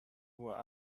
were